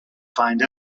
find